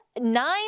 nine